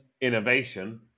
innovation